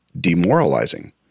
demoralizing